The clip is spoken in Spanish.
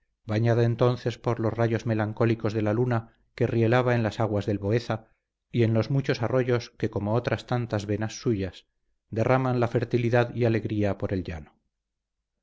bañada entonces por los rayos melancólicos de la luna que rielaba en las aguas del boeza y en los muchos arroyos que como otras tantas venas suyas derraman la fertilidad y alegría por el llano